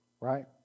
right